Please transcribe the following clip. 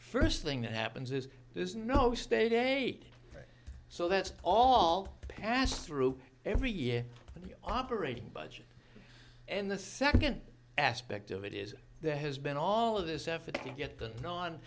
first thing that happens is there's no state a so that's all passed through every year and the operating budget and the second aspect of it is there has been all of this effort to get the non